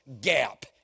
gap